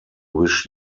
wish